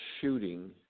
shooting